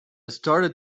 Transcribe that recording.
started